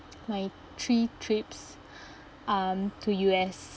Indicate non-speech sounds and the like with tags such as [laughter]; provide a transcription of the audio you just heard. my three trips [breath] um to U_S